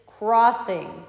Crossing